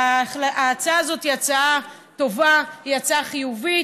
ההצעה הזאת היא הצעה טובה, היא הצעה חיובית.